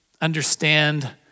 understand